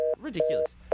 ridiculous